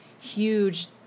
huge